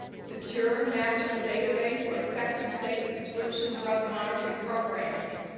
secure national database for effective state prescription drug monitoring programs.